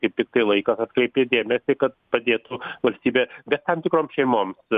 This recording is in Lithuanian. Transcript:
kaip tiktai laikas atkreipti dėmesį kad padėtų valstybė bet tam tikrom šeimoms